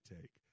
take